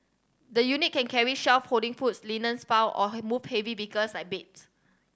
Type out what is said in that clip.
the unit can carry shelve holding foods linens file or move heavy bigger like beds